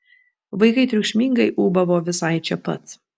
vaikai triukšmingai ūbavo visai čia pat